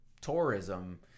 tourism